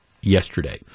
yesterday